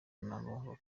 n’aho